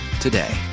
today